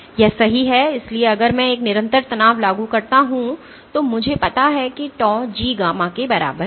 यह सही है इसलिए अगर मैं एक निरंतर तनाव लागू करता हूं तो मुझे पता है कि tau G गामा के बराबर है